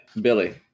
Billy